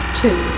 two